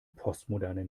postmoderne